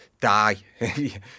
die